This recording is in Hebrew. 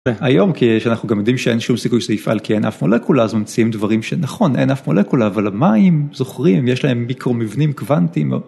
היום כי אנחנו גם יודעים שאין שום סיכוי שזה יפעל כי אין אף מולקולה אז ממציאים דברים שנכון אין אף מולקולה אבל המים זוכרים יש להם מיקרו מבנים קוונטים.